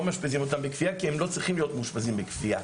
מאשפזים אותם בכפייה כי הם לא צריכים להיות מאושפזים בכפייה,